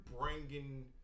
bringing